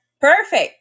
perfect